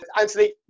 Anthony